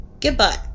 goodbye